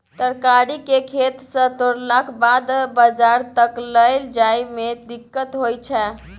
तरकारी केँ खेत सँ तोड़लाक बाद बजार तक लए जाए में दिक्कत होइ छै